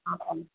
অঁ অঁ